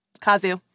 Kazu